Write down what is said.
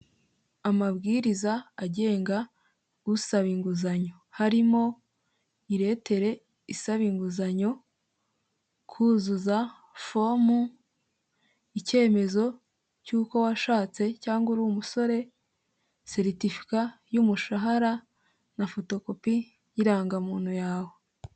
Amabwiriza agenga usaba inguzanyo harimo; iretere isaba inguzanyo, kuzuza fomu, icyemezo cy'uko washatse cyangwa uri umusore, seritifika y'umushahara na fotokopi y' irangamuntu yawe.